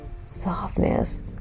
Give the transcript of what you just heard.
softness